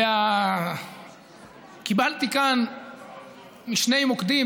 קיבלתי כאן משני מוקדים,